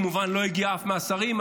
כמובן לא הגיע אף אחד מהשרים,